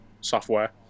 software